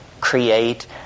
create